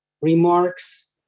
remarks